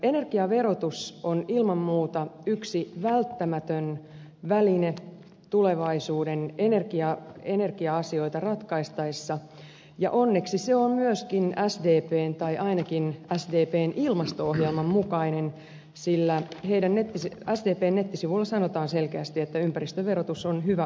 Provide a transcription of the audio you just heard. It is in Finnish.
energiaverotus on ilman muuta yksi välttämätön väline tulevaisuuden energia asioita ratkaistaessa ja onneksi se on myöskin sdpn tai ainakin sdpn ilmasto ohjelman mukainen sillä sdpn nettisivuilla sanotaan selkeästi että ympäristöverotus on hyvä ohjauskeino